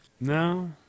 no